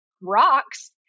rocks